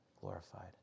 glorified